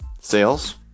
Sales